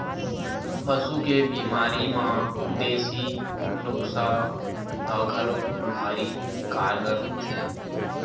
पशु के बिमारी म देसी नुक्सा ह घलोक भारी कारगार होथे